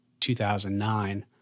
2009